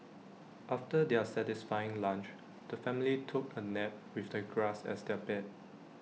after their satisfying lunch the family took A nap with the grass as their bed